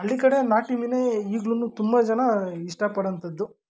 ಹಳ್ಳಿ ಕಡೆ ನಾಟಿ ಮೀನೇ ಈಗ್ಲೂ ತುಂಬ ಜನ ಇಷ್ಟಪಡೋಂಥದ್ದು